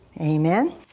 Amen